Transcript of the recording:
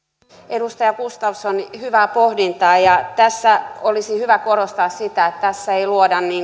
edustaja gustafsson hyvää pohdintaa ja tässä olisi hyvä korostaa sitä että tässä ei luoda